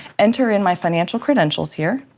enter in my financial credentials here.